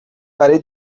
برای